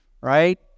right